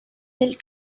del